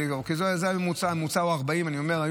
הממוצע הוא 40 ליום.